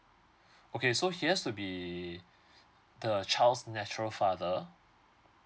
okay so he has to be the child's natural father